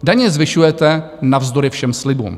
Daně zvyšujete navzdory všem slibům.